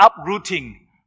uprooting